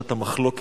פרשת המחלוקת.